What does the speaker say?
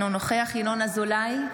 אינו נוכח ינון אזולאי,